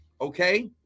Okay